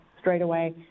straightaway